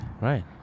Right